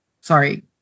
sorry